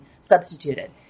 substituted